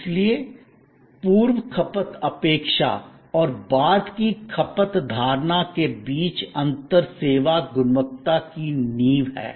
इसलिए पूर्व खपत अपेक्षा और बाद की खपत धारणा के बीच अंतर सेवा गुणवत्ता की नींव है